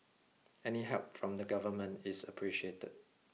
any help from the government is appreciated